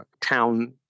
town